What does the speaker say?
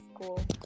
school